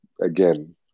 again